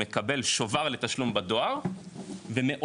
מקבל שובר לתשלום בדואר ומעולם,